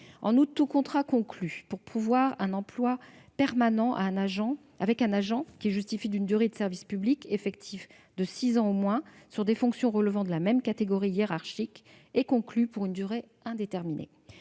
En outre, « tout contrat conclu ou renouvelé pour pourvoir un emploi permanent [...] avec un agent qui justifie d'une durée de services publics de six ans au moins sur des fonctions relevant de la même catégorie hiérarchique est conclu pour une durée indéterminée.